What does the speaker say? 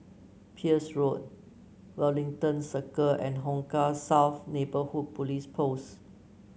Peirce Road Wellington Circle and Hong Kah South Neighbourhood Police Post